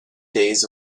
days